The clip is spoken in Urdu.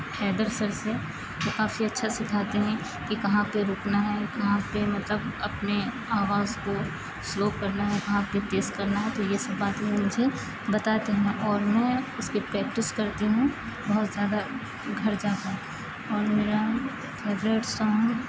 حیدر سر سے وہ کافی اچھا سکھاتے ہیں کہ کہاں پہ رکنا ہے کہاں پہ مطلب اپنے آواز کو سلو کرنا ہے کہاں پہ تیز کرنا ہے تو یہ سب باتیں وہ مجھے بتاتے ہیں اور میں اس کی پریکٹس کرتی ہوں بہت زیادہ گھر جا کر اور میرا فیورٹ سانگ